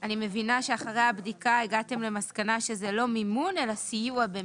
אני מבינה שאחרי הבדיקה הגעתם למסקנה שזה לא מימון אלא סיוע במימון.